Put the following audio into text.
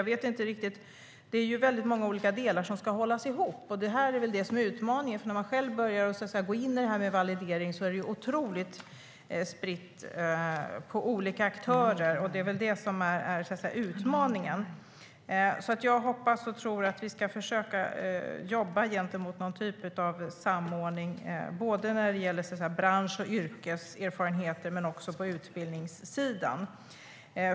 Det är väldigt många olika delar som ska hållas ihop, och det är väl det som är utmaningen. När man själv börjar gå in i det här med validering ser man att det är otroligt utspritt på olika aktörer. Jag hoppas och tror att vi ska försöka jobba mot någon typ av samordning, både när det gäller bransch och yrkeserfarenheter och på utbildningssidan.